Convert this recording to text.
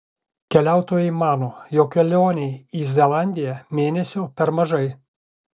keliautojai mano jog kelionei į zelandiją mėnesio per mažai